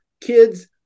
kids